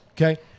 okay